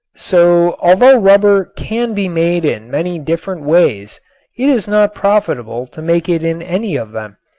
so although rubber can be made in many different ways it is not profitable to make it in any of them.